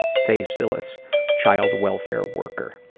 faceless child welfare worker.